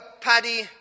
Paddy